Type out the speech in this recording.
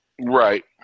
right